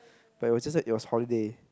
but it was just like it was holiday